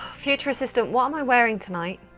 future assistant, what am i wearing tonight?